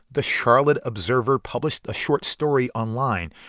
the charlotte observer published a short story online.